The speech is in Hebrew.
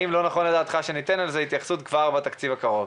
האם לא נכון לדעתך שניתן לזה התייחסות כבר בתקציב הקרוב?